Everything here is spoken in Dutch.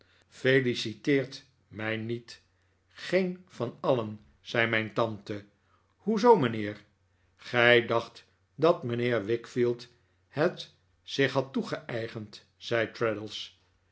feliciteert mij niet geen van alien zei mijn tante hoe zoo mijnheer gij dacht dat mijnheer wickfield het zich had toegeeigend zei